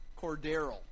Cordero